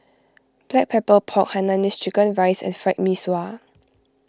Black Pepper Pork Hainanese Chicken Rice and Fried Mee Sua